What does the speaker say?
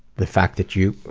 the fact that you